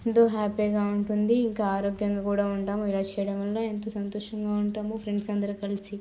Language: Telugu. ఎంతో హ్యాపీగా ఉటుంది ఇంకా ఆరోగ్యంగా కూడా ఉంటాం ఇలా చేయడం వల్ల ఎంతో సంతోషంగా ఉంటాము ఫ్రెండ్స్ అందరం కలిసి